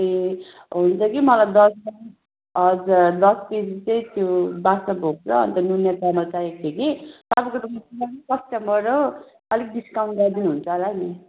ए हुन्छ कि मलाई दस हजुर दस केजी चाहिँ त्यो बादसाह भोग र अन्त नुनिया चामल चाहिएको थियो कि कस्टमर हो अलिक डिस्काउन्ट गरिदिनु हुन्छ होला नि